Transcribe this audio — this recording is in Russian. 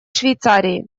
швейцарии